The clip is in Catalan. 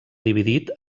dividit